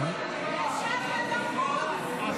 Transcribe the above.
עכשיו זה לחוץ.